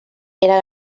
era